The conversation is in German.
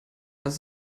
das